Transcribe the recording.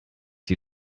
die